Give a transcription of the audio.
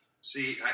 See